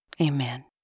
amen